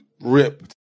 ripped